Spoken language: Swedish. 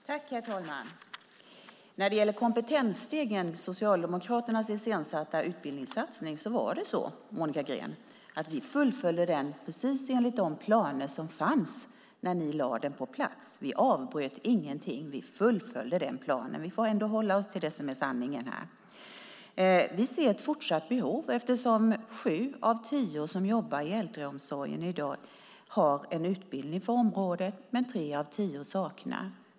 Herr talman! När det gäller kompetensstegen, Socialdemokraternas iscensatta utbildningssatsning, var det så, Monica Green, att vi fullföljde den precis enligt de planer som fanns när ni lade den på plats. Vi avbröt ingenting. Vi fullföljde den planen. Vi får ändå hålla oss till sanningen här. Vi ser ett fortsatt behov, eftersom sju av tio som jobbar i äldreomsorgen i dag har en utbildning på området men tre av tio saknar det.